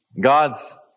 God's